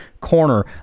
corner